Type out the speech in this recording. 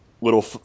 little